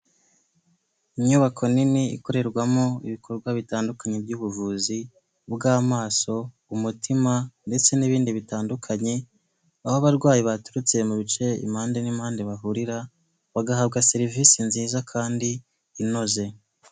Inyubako nini ikorerwamo ibikorwa bitandukanye by'ubuvuzi bw'amaso, umutima ndetse n'ibindi bitandukanye. Aho abarwayi baturutse mu bice impande n'impande bahurira, bagahabwa serivisi nziza kandi inoze.